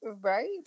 Right